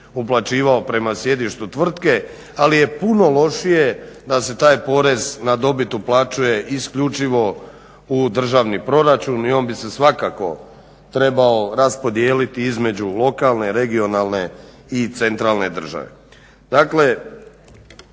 uplaćivao prema sjedištu tvrtke, ali je puno lošije da se taj porez na dobit uplaćuje isključivo u državni proračun i on bi se svakako trebao raspodijeliti između lokalne, regionalne i centralne države.